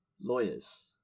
Lawyers